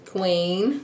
Queen